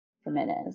Jimenez